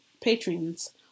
patrons